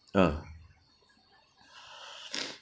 ah